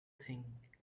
thing